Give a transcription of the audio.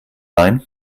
leihen